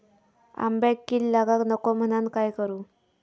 आंब्यक कीड लागाक नको म्हनान काय करू?